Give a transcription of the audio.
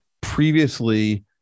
Previously